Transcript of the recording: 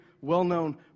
well-known